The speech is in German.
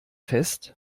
fest